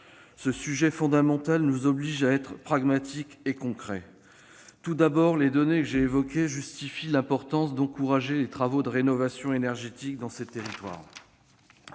Ce sujet fondamental nous oblige à être pragmatiques et concrets. Tout d'abord, les données que j'ai évoquées justifient la nécessité d'encourager les travaux de rénovation énergétique dans les territoires